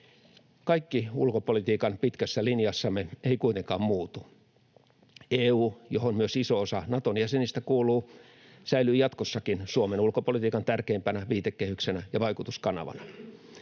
Kaikki ulkopolitiikan pitkässä linjassamme ei kuitenkaan muutu. EU, johon myös iso osa Naton jäsenistä kuuluu, säilyy jatkossakin Suomen ulkopolitiikan tärkeimpänä viitekehyksenä ja vaikutuskanavana.